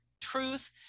truth